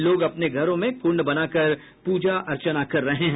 लोग अपने घरों में कुण्ड बनाकर पूजा अर्चना कर रहे हैं